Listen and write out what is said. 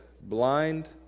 blind